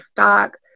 stock